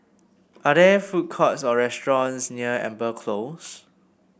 are there food courts or restaurants near Amber Close